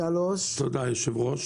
תודה, היושב-ראש.